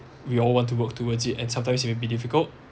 we all want to walk towards it and sometimes it may be difficult